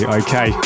okay